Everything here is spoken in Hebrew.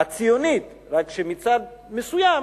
הציונית, רק שמצד מסוים,